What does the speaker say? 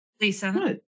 Lisa